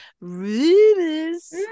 rumors